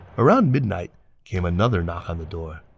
around midnight came another knock on the door.